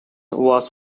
was